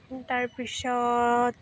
তাৰ পিছত